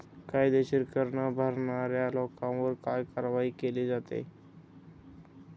कायदेशीर कर न भरणाऱ्या लोकांवर काय कारवाई केली जाते?